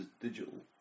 digital